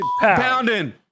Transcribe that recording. pounding